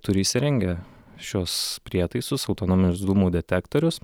turi įsirengę šiuos prietaisus autonominius dūmų detektorius